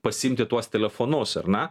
pasiimti tuos telefonus ar ne